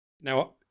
Now